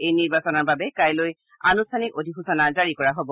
এই নিৰ্বাচনৰ বাবে কাইলৈ আনুষ্ঠানিক অধিসূচনা জাৰি কৰা হ'ব